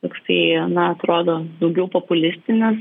toksai na atrodo daugiau populistinis